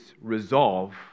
resolve